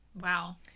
Wow